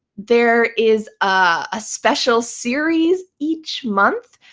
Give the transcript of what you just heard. there is a special series each month.